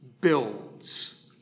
builds